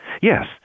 Yes